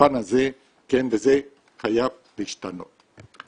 מהפן הזה וזה חייב להשתנות.